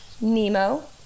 Nemo